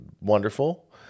wonderful